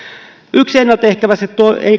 yksi